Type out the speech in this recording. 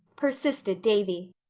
persisted davy.